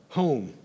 home